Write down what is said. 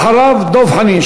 אחריו, דב חנין.